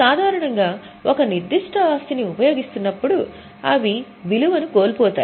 సాధారణంగా ఒక నిర్దిష్ట ఆస్తిని ఉపయోగిస్తున్నప్పుడు అవి విలువను కోల్పోతాయి